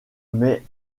mais